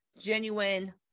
genuine